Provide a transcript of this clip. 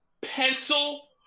pencil